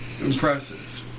impressive